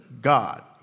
God